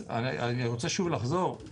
אני רוצה שוב לחזור,